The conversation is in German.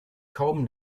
kaum